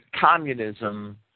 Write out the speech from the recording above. communism